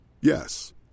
Yes